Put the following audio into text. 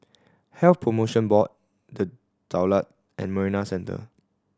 Health Promotion Board The Daulat and Marina Centre